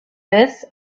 this